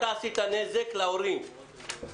אתה גרמת נזק להורים.